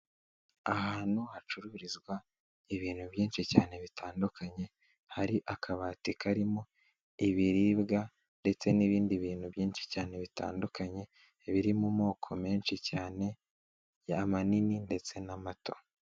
Ahantu hacururizwa ibintu byinshi cyane bitandukanye, hari akabati karimo ibiribwa ndetse n'ibindi bintu byinshi cyane bitandukanye, biri mu moko menshi cyane, amanini ndetse n'amato.